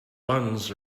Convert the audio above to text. buns